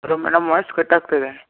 ಅದು madam voice ಕಟ್ಟಾಗ್ತಿದೆ